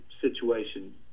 situation